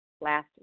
last